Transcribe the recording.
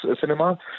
cinema